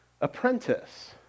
apprentice